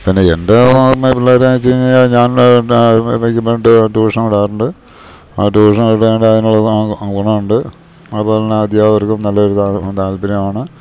പിന്നെ എൻ്റെ ഓർമ പിള്ളേരെന്ന് വെച്ച് കഴിഞ്ഞാൽ ഞാൻ പണ്ട് ട്യൂഷന് വിടാറുണ്ട് ആ ട്യൂഷൻ വിടേണ്ട അതിനുള്ള ഗുണമുണ്ട് അതുപോലെ തന്നെ അദ്ധ്യാപകർക്കും നല്ലൊരു ഇതാണ് താല്പര്യമാണ്